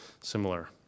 similar